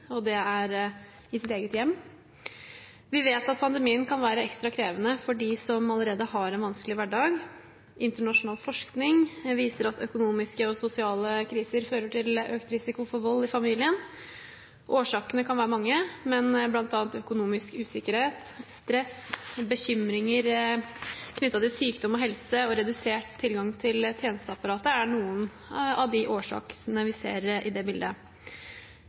i sitt eget hjem. Vi vet at pandemien kan være ekstra krevende for dem som allerede har en vanskelig hverdag. Internasjonal forskning viser at økonomiske og sosiale kriser fører til økt risiko for vold i familien. Årsakene kan være mange, men bl.a. økonomisk usikkerhet, stress, bekymringer knyttet til sykdom og helse og redusert tilgang til tjenesteapparatet er noen av de årsakene vi ser i det bildet.